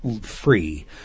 free